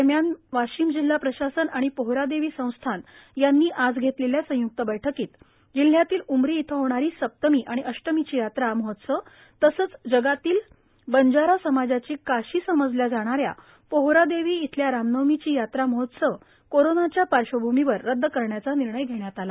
दरम्यान वाशिम जिल्हा प्रशासन आणि पोहरादेवी संस्थान यांनी आज घेतलेल्या संयुक्त बैठकीत जिल्ह्यातील उमरी येथे होणारी सप्तमी आणि अटष्मीचा यात्रा महोत्सव तसेच जगातील बंजारा समाजाची काशी समजल्या जाणाऱ्या पोहरादेवी येथील रामनवमीचा यात्रा महोत्सव कोरोनाच्या पार्श्व भूमीवर रदद करण्याचा निर्णय घेण्यात आला